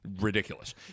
ridiculous